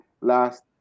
last